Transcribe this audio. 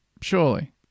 Surely